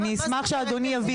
אז אני אשמח שאדוני יבהיר.